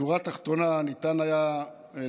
שורה תחתונה: ניתן היה לשנות,